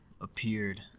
appeared